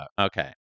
Okay